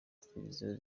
televiziyo